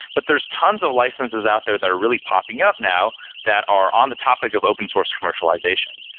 but there's tons of licenses out there that are really popping up now that are on the topic of open source commercialization.